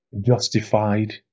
justified